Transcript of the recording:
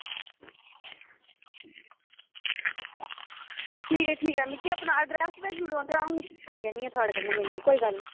ठीक ऐ ठीक ऐ मिगी अपना अड्रैस भेजी ओड़ो ते अं'ऊ उत्थै आई जन्नी आं थुआढ़े कन्नै मिलने गी कोई गल्ल नेईं